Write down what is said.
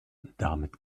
damit